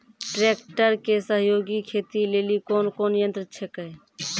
Tractor के सहयोगी खेती लेली कोन कोन यंत्र छेकै?